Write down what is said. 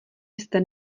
jste